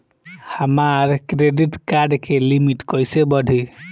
हमार credit card के limit कइसे बढ़ी?